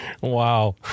Wow